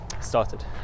started